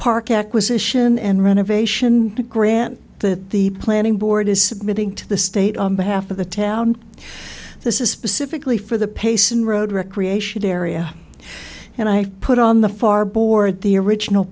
park acquisition and renovation grant that the planning board is submitting to the state on behalf of the town this is specifically for the pace and road recreation area and i put on the far board the original